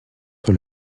sur